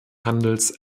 handels